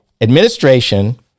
Administration